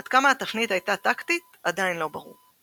עד כמה התפנית הייתה טקטית עדיין לא ברור;